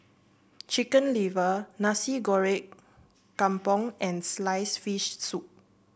Chicken Liver Nasi Goreng Kampung and slice fish soup